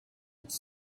its